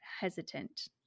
hesitant